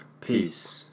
Peace